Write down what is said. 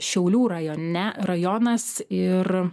šiaulių rajone rajonas ir